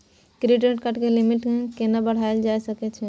Credit card के limit केना बढायल जा सकै छै?